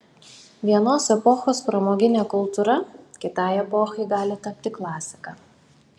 vienos epochos pramoginė kultūra kitai epochai gali tapti klasika